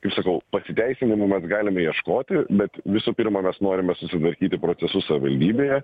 kaip sakau pasiteisinimų mes galime ieškoti bet visų pirma mes norime susitvarkyti procesus savivaldybėje